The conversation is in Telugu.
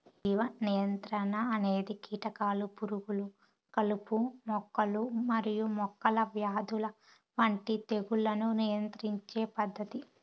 జీవ నియంత్రణ అనేది కీటకాలు, పురుగులు, కలుపు మొక్కలు మరియు మొక్కల వ్యాధుల వంటి తెగుళ్లను నియంత్రించే పద్ధతి